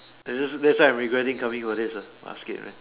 is this that's why I am regretting coming for this lah basket man